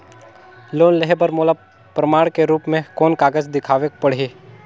Loan लेहे बर मोला प्रमाण के रूप में कोन कागज दिखावेक पड़ही?